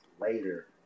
later